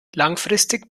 langfristig